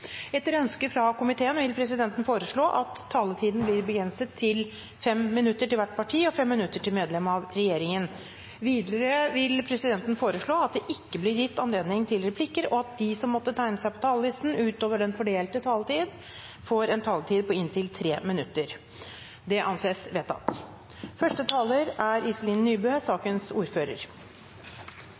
Etter ønske fra kirke-, utdannings- og forskningskomiteen vil presidenten foreslå at taletiden blir begrenset til 5 minutter til hvert parti og 5 minutter til medlem av regjeringen. Videre vil presidenten foreslå at det ikke blir gitt anledning til replikker, og at de som måtte tegne seg på talerlisten utover den fordelte taletid, får en taletid på inntil 3 minutter. – Det anses vedtatt.